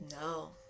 No